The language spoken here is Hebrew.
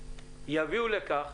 יביאו לכך